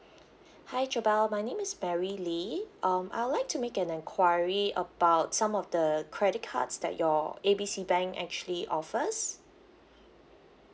hi jovelle um my name is mary lee um I would like to make an enquiry about some of the the credit cards that your A B C bank actually offers